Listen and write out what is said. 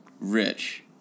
rich